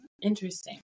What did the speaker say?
interesting